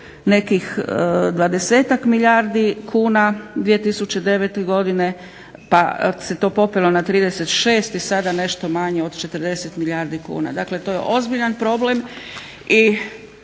nekih 20-ak milijardi kuna 2009. godine, pa se to popelo na 36 i sada nešto manje od 40 milijardi kuna. Dakle, to je ozbiljan problem i